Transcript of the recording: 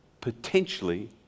potentially